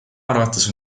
arvates